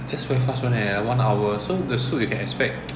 just very fast [one] leh one hour so the soup you can expect